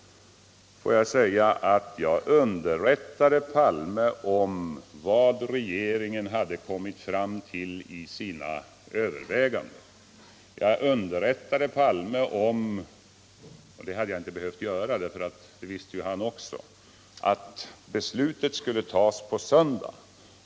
Jag underrättade herr Palme om vad regeringen hade kommit fram till i sina överväganden. Jag underrättade herr Palme om — och det hade jag inte behövt göra, för det visste ju han också — att beslutet skulle tas på söndagen.